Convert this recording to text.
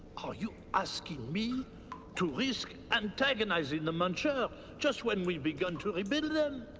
are you asking me to risk antagonizing the muncher just when we've begun to rebuild? um